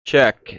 Check